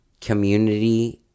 community